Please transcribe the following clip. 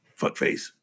fuckface